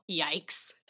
yikes